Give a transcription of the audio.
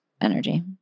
energy